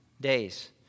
days